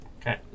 Okay